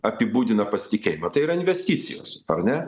apibūdina pasitikėjimą tai yra investicijos ar ne